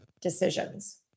decisions